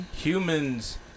humans